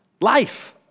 life